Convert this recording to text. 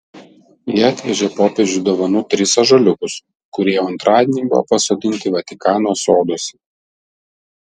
jie atvežė popiežiui dovanų tris ąžuoliukus kurie jau antradienį buvo pasodinti vatikano soduose